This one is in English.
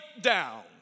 down